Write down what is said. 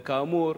וכאמור,